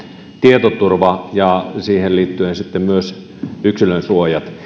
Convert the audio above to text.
tietoturva ja siihen liittyen sitten myös yksilönsuoja